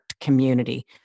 community